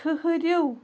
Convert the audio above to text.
ٹھٕرِو